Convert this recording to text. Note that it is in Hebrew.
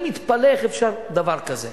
אני מתפלא איך אפשר דבר כזה.